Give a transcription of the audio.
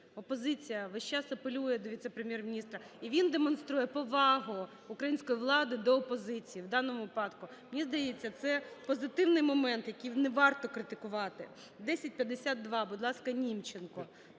Опозиція весь час апелює до віце-прем'єр-міністра. І він демонструє повагу української влади до опозиції в даному випадку. Мені здається, це позитивний момент, який не варто критикувати. 1052. Будь ласка, Німченко